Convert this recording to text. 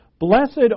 Blessed